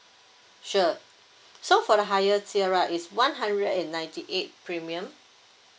sure so for the higher tier right is one hundred and ninety eight premium